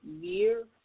year